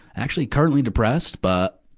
actually, currently depressed, but,